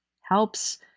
helps